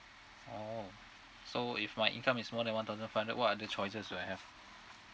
oh so if my income is more than one thousand five hundred what are the choices do I have